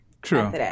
True